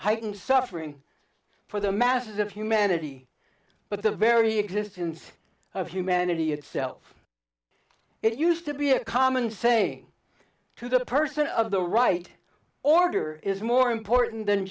heightened suffering for the masses of humanity but the very existence of humanity itself it used to be a common saying to the person of the right order is more important than